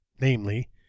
namely